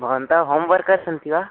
भवन्तः home workers सन्ति वा